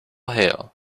hail